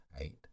eight